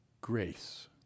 grace